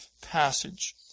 passage